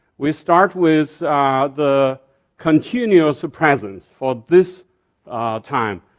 we start with the continuous presence for this time.